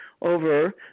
over